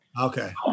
Okay